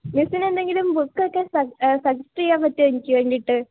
മിസ്സിനെന്തെങ്കിലും ബുക്കൊക്കെ സജസ്റ്റ് ചെയ്യാന് പറ്റുമോ എനിക്ക് വേണ്ടിയിട്ട്